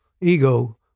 ego